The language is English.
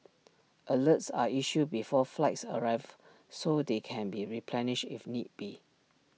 alerts are issued before flights arrive so they can be replenished if need be